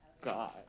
god